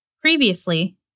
Previously